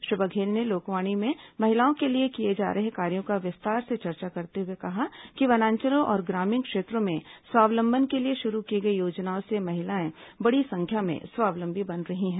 श्री बघेल ने लोकवाणी में महिलाओं के लिए किए जा रहे कार्यो पर विस्तार से चर्चा करते हुए कहा कि वनांचलों और ग्रामीण क्षेत्रों में स्वावलंबन के लिए शुरू की योजनाओं से महिलाएं बड़ी संख्या में स्वावलंबी बन रही हैं